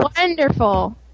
wonderful